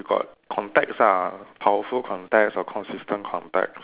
you got contacts ah powerful contacts or consistent contact